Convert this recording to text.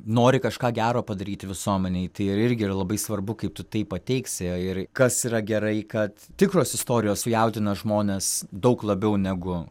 nori kažką gero padaryti visuomenei tai ir irgi yra labai svarbu kaip tu tai pateiksi ir kas yra gerai kad tikros istorijos sujaudina žmones daug labiau negu